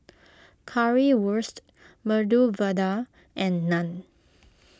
Currywurst Medu Vada and Naan